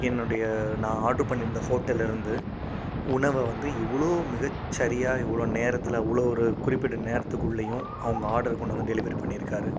என்னுடைய நான் ஆர்டர் பண்ணிருந்த ஹோட்டலில் இருந்து உணவை வந்து இவ்வளோ மிகச்சரியாக இவ்வளோ நேரத்தில் இவ்வளோ ஒரு குறிப்பிட்ட நேரத்துகுள்ளேயும் அவங்க ஆர்டரை கொண்டு வந்து டெலிவரி பண்ணிருக்காரு